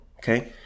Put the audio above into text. okay